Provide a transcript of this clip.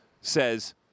says